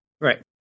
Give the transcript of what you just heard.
Right